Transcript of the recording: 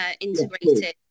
integrated